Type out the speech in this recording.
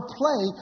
play